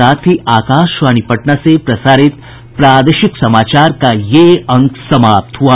इसके साथ ही आकाशवाणी पटना से प्रसारित प्रादेशिक समाचार का ये अंक समाप्त हुआ